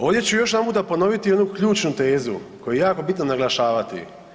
Ovdje ću još jedanputa ponoviti jednu ključnu tezu koju je jako bitno naglašavati.